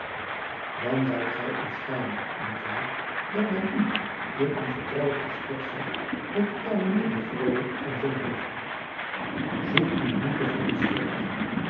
dan zoudt gij u schamen niet waar dat men u in een vertrouwelijk gesprek zag met de kamenier der freule van sonheuvel zoek u niet te verontschuldigen